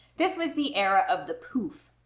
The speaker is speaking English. this was the era of the poof.